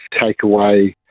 takeaway